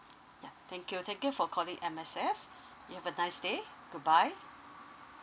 ya thank you thank you for calling M_S_F you have a nice day goodbye